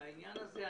מהעניין הזה.